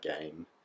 game